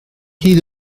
hyd